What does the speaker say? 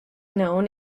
known